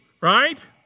right